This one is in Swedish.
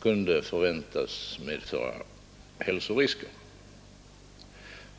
kunde förväntas medföra hälsorisker.